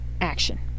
action